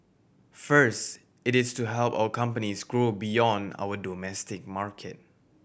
first it is to help our companies grow beyond our domestic market